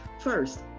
First